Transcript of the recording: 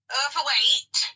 overweight